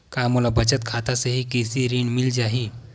का मोला बचत खाता से ही कृषि ऋण मिल जाहि?